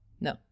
No